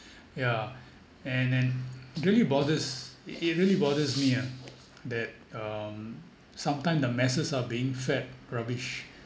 yeah and then really bothers it really bothers me ah that um sometime the masses are being fed rubbish